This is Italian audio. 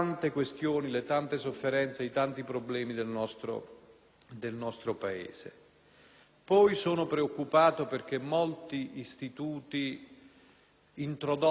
Sono poi preoccupato perché molti istituti introdotti hanno una complessità di gestione, la annunciano.